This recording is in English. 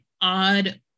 odd